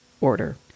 order